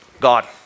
God